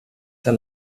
der